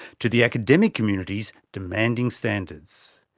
to the academic community's demanding standards.